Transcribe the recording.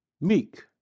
meek